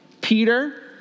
Peter